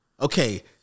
okay